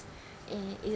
and it uh